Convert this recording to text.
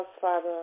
Father